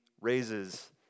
raises